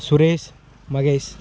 Suresh Mahesh